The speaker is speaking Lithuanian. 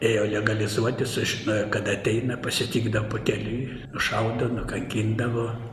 ėjo legalizuotis sužinojo kad ateina pasitikdavo pakeliui nušauta nukankindavo